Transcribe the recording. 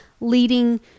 leading